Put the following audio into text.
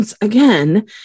again